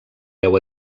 deu